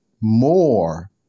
more